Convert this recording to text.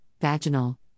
vaginal